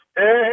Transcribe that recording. Hey